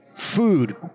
food